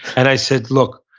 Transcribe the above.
and i said, look,